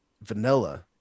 vanilla